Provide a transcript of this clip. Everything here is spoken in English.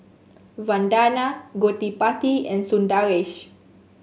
Vandana Gottipati and Sundaresh